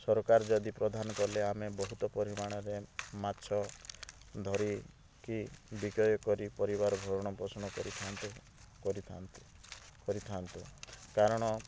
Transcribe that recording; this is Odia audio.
ସରକାର ଯଦି ପ୍ରଦାନ କଲେ ଆମେ ବହୁତ ପରିମାଣରେ ମାଛ ଧରି କି ବିକ୍ରୟ କରି ପରିବାର ଭରଣ ପୋଷଣ କରିଥାନ୍ତୁ କରିଥାନ୍ତୁ କରିଥାନ୍ତୁ କାରଣ